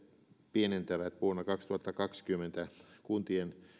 pienentävät kuntien